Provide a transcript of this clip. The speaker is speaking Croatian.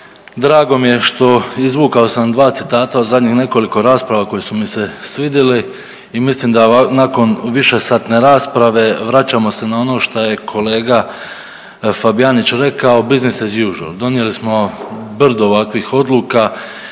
Drago mi je što, izvukao sam dva citata od zadnjih nekoliko rasprava koji su mi se svidili i mislim da nakon višesatne rasprave vraćamo se na ono što je kolega Fabijanić rekao bussiness and usuall. Donijeli smo brdo ovakvih odluka